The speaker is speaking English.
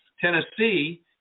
Tennessee